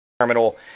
terminal